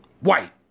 white